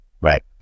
Right